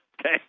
Okay